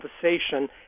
conversation